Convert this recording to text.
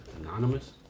Anonymous